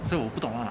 so 我不懂 ah